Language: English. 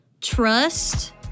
trust